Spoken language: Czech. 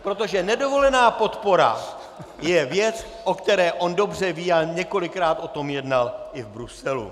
Protože nedovolená podpora je věc, o které on dobře ví, a několikrát o tom jednal i v Bruselu.